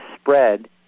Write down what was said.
spread